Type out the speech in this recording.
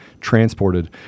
transported